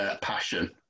passion